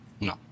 No